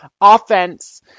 offense